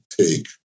take